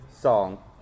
song